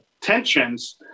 tensions